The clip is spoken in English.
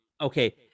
Okay